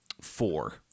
Four